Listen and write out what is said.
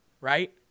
Right